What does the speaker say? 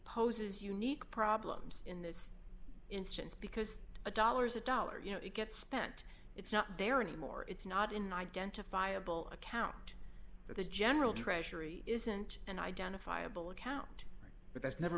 poses unique problems in this instance because a dollars a dollar you know it gets spent it's not there anymore it's not in an identifiable account that the general treasury isn't an identifiable account but that's never